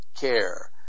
care